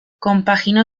compaginó